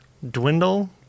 Dwindle